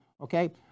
Okay